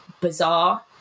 bizarre